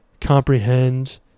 comprehend